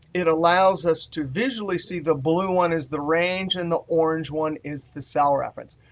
it allows us to visually see the blue one is the range and the orange one is the cell reference.